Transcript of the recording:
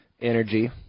energy